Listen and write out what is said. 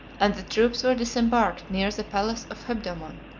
and the troops were disembarked near the palace of hebdomon,